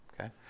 okay